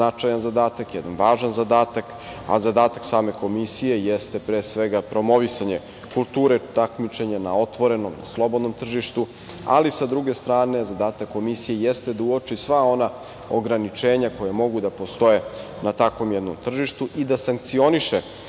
značajan zadatak, jedan važan zadatak, a zadatak same Komisije jeste pre svega, promovisanje kulture takmičenja na otvorenom, slobodnom tržištu, ali sa druge strane, zadatak komisije jeste da uoči sva ona ograničenja koja mogu da postoje na takvom jednom tržištu i da sankcioniše